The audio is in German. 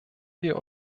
wir